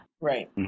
Right